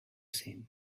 same